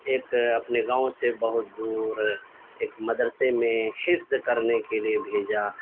ایک اپنے گاؤں سے بہت دور ایک مدرسے میں حفظ کرنے کے لیے بھیجا